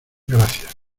gracias